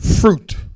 fruit